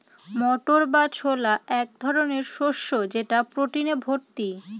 মটর বা ছোলা এক ধরনের শস্য যেটা প্রোটিনে ভর্তি